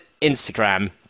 Instagram